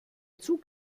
zug